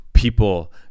people